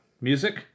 music